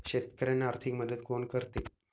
शेतकऱ्यांना आर्थिक मदत कोण करते?